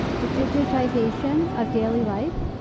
the digitization of daily life,